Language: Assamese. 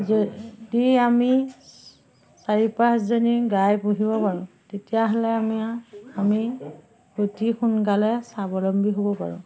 যদি আমি চাৰি পাঁচজনী গাই পুহিব পাৰোঁ তেতিয়াহ'লে আমি আমি অতি সোনকালে স্বাৱলম্বী হ'ব পাৰোঁ